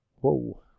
Whoa